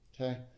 Okay